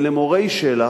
אלה מורי של"ח.